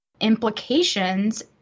Implications